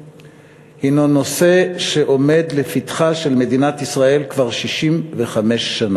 עומד לפתחה של מדינת ישראל כבר 65 שנה.